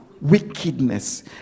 Wickedness